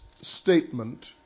statement